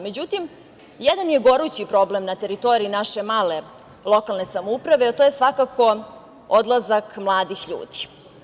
Međutim, jedan je gorući problem na teritoriji naše male lokalne samouprave, a to je svakako odlazak mladih ljudi.